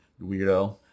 Weirdo